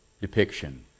depiction